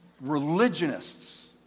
religionists